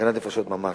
סכנת נפשות ממש.